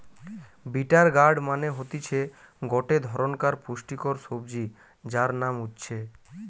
bitter gourd মানে হতিছে গটে ধরণকার পুষ্টিকর সবজি যার নাম উচ্ছে